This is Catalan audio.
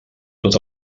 tot